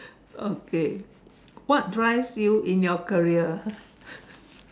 okay what drives you in your career